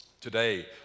Today